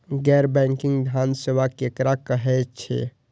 गैर बैंकिंग धान सेवा केकरा कहे छे?